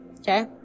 Okay